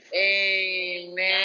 Amen